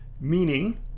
meaning